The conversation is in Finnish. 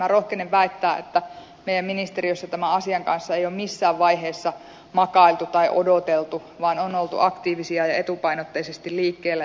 minä rohkenen väittää että meidän ministeriössämme tämän asian kanssa ei ole missään vaiheessa makailtu tai odoteltu vaan on oltu aktiivisia ja etupainotteisesti liikkeellä